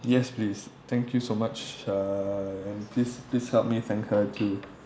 yes please thank you so much uh and please please help me thank her too